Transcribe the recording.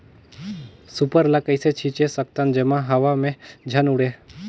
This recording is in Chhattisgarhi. सुपर ल कइसे छीचे सकथन जेमा हवा मे झन उड़े?